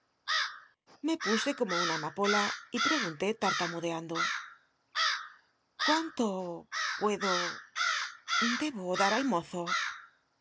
fe puse como una amapola y pregunté tattamudeando cuünto puedo debo dar al mow a